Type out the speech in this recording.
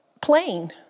plain